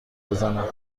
بزند